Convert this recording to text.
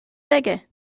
bige